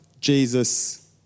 Jesus